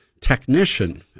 technician